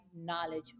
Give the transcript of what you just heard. knowledge